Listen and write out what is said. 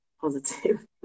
positive